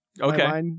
okay